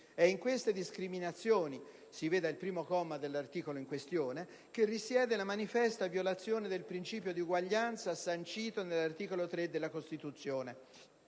È in queste discriminazioni (si veda il primo comma dell'articolo in questione) che risiede la manifesta violazione del principio di uguaglianza sancito nell'articolo 3 della Costituzione.